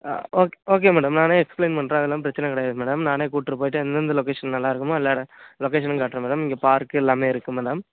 okay okay madam நானே explain பண்ணுறேன் அதெல்லாம் பிரச்சனை கிடையாது மேடம் நானே கூப்பிட்ரு போயிட்டு எந்தெந்த லொகேஷன் நல்லாருக்குமோ எல்லா லொகேஷனும் காட்டுறேன் மேடம் இங்கே பார்க்கு எல்லாமே இருக்கு மேடம்